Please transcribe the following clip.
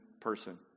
person